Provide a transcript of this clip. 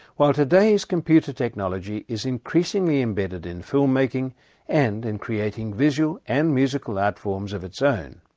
while today's computer technology is increasingly embedded in filmmaking and in creating visual and musical art forms of its own.